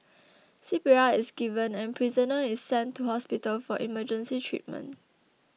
C P R is given and prisoner is sent to hospital for emergency treatment